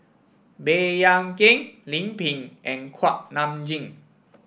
Baey Yam Keng Lim Pin and Kuak Nam Jin